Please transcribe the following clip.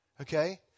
Okay